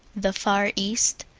the far east.